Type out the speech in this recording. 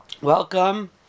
Welcome